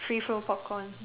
free flow popcorn